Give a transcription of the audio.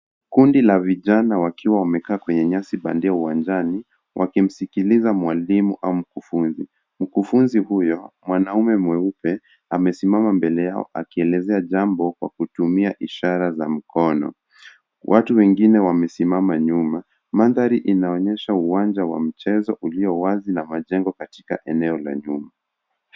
Kundi la vijana wakiwa wamekaa kwenye nyasi bandia uwanjani wakimsikiliza mwalimu au mkufunzi ,mkufunzi huyo mwanamume mweupe amesimama mbele yao akielezea jambo kwa kutumia ishara za mkono, watu wengine wamesimama nyuma mandhari inaonyesha uwanja wa mchezo ulio wazi na majengo katika eneo lenye.